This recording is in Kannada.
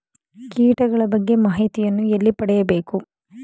ಕೀಟಗಳ ಬಗ್ಗೆ ಮಾಹಿತಿಯನ್ನು ಎಲ್ಲಿ ಪಡೆಯಬೇಕು?